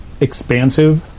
expansive